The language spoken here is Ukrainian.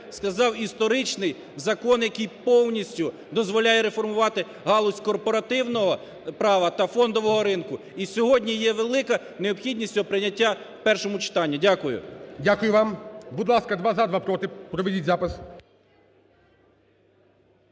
сказав, історичний закон, який повністю дозволяє реформувати галузь корпоративного права та фондового ринку. І сьогодні є велика необхідність прийняття його в першому читанні. Дякую. ГОЛОВУЮЧИЙ. Дякую вам. Будь ласка: два – "за", два – "проти", проведіть запис.